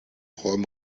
rhum